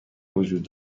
وجود